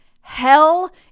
hell